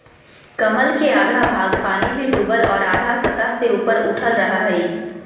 कमल के आधा भाग पानी में डूबल और आधा सतह से ऊपर उठल रहइ हइ